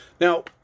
now